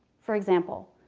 for example.